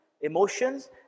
emotions